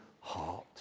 heart